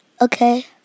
Okay